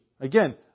Again